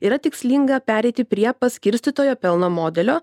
yra tikslinga pereiti prie paskirstytojo pelno modelio